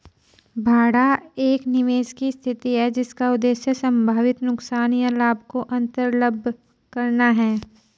बाड़ा एक निवेश की स्थिति है जिसका उद्देश्य संभावित नुकसान या लाभ को अन्तर्लम्ब करना है